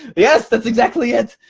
yes, that's exactly it.